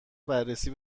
بررسی